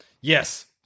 Yes